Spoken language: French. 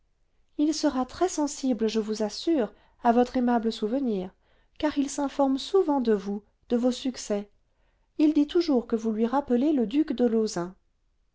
il sera très-sensible je vous assure à votre aimable souvenir car il s'informe souvent de vous de vos succès il dit toujours que vous lui rappelez le duc de